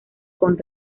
con